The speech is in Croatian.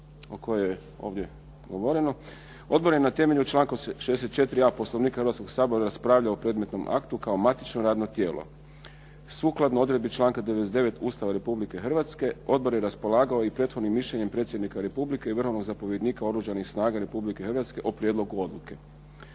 o kojoj je ovdje govoreno. Odbor je na temelju članka 64.a Poslovnika Hrvatskoga sabora raspravljao o predmetnom aktu kao matično radno tijelo. Sukladno odredbi članka 99. Ustava Republike Hrvatske odbor je raspolagao i prethodnim mišljenjem predsjednika Republike i vrhovnog zapovjednika Oružanih snaga Republike Hrvatske o prijedlogu odluke.